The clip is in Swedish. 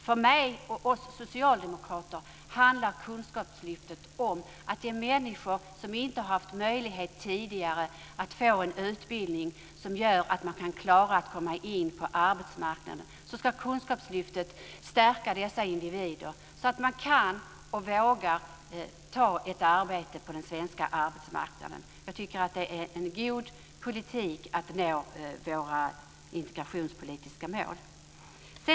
För mig och för oss socialdemokrater handlar Kunskapslyftet om att ge människor, som tidigare inte haft denna möjlighet, en utbildning som gör att de kan klara att komma in på arbetsmarknaden. Kunskapslyftet ska stärka dessa individer så att de kan och vågar ta ett arbete på den svenska arbetsmarknaden. Jag tycker att det är en god politik för att nå våra integrationspolitiska mål.